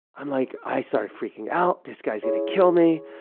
i'm like, i started freaking out, this guy's gonna kill me.